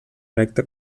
erecta